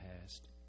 past